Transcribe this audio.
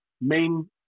main